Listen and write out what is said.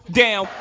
down